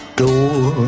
door